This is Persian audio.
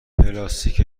پلاستیک